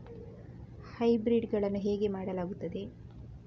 Hybrid ಗಳನ್ನು ಹೇಗೆ ಮಾಡಲಾಗುತ್ತದೆ?